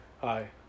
Hi